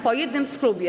Po jednym z klubu.